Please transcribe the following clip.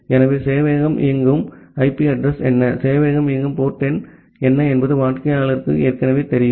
ஆகவே சேவையகம் இயங்கும் ஐபி அட்ரஸ் என்ன சேவையகம் இயங்கும் போர்ட் எண் என்ன என்பது வாடிக்கையாளருக்கு ஏற்கனவே தெரியும்